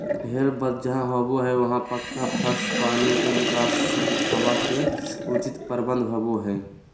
भेड़ वध जहां होबो हई वहां पक्का फर्श, पानी के निकास, शुद्ध हवा के उचित प्रबंध होवअ हई